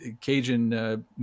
cajun